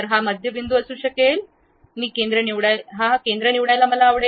हा मध्यबिंदू असू शकेल मी केंद्र निवडायला आवडेल